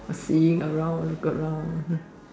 seeing around look around